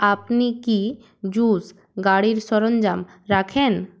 আপনি কি জুস গাড়ির সরঞ্জাম রাখেন